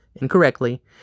incorrectly